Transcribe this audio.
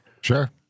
Sure